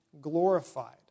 glorified